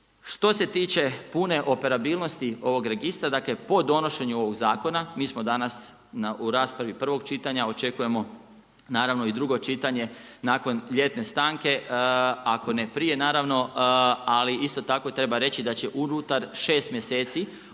Što se tiče pune operabilnosti ovog registra, dakle po donošenju ovog zakona mi smo danas u raspravi prvog čitanja. Očekujemo naravno i drugo čitanje nakon ljetne stanke, ako ne prije naravno. Ali isto tako treba reći da će unutar šest mjeseci